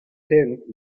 tenth